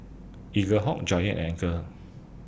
Eaglehawk Giant and Anchor